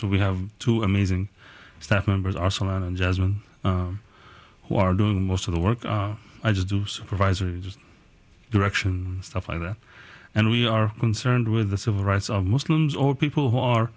so we have to amazing staff members arsalan and jasmine who are doing most of the work i just do supervisors direction stuff like that and we are concerned with the civil rights of muslims or people who are